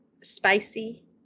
spicy